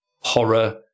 horror